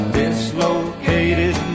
dislocated